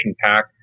pack